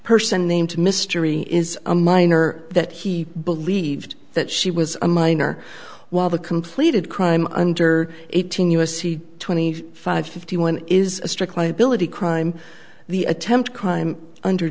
person named mystery is a minor that he believed that she was a minor while the completed crime under eighteen u s c twenty five fifty one is a strict liability crime the attempt crime under